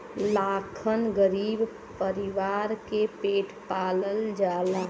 लाखन गरीब परीवार के पेट पालल जाला